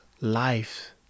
life